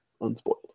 unspoiled